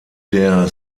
der